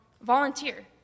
volunteer